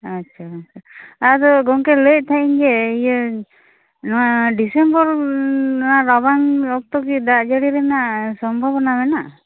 ᱟᱪᱪᱷᱟ ᱜᱚᱝᱠᱮ ᱟᱫᱚ ᱜᱚᱝᱠᱮ ᱞᱟ ᱭᱮᱫ ᱛᱟᱦᱮᱸᱱᱟᱹᱧ ᱡᱮ ᱤᱭᱟᱹ ᱱᱚᱣᱟ ᱰᱤᱥᱮᱢᱵᱚᱨ ᱱᱚᱣᱟ ᱨᱟᱵᱟᱝ ᱚᱠᱛᱚ ᱠᱤ ᱫᱟᱜ ᱡᱟ ᱲᱤ ᱨᱮᱱᱟᱜ ᱥᱚᱢᱵᱷᱚᱵᱚᱱᱟ ᱢᱮᱱᱟᱜᱼᱟ